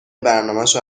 برنامشو